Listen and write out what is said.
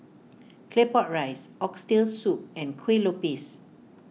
Claypot Rice Oxtail Soup and Kuih Lopes